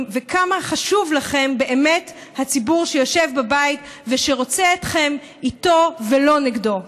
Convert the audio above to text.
וכמה חשוב לכם באמת הציבור שיושב בבית ושרוצה אתכם איתו ולא נגדו.